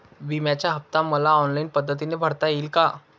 विम्याचा हफ्ता मला ऑनलाईन पद्धतीने भरता येईल का?